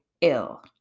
ill